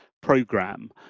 program